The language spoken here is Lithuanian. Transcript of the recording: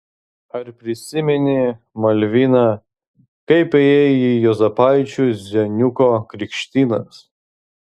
ar prisimeni malvina kaip ėjai į juozapaičių zeniuko krikštynas